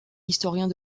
historiens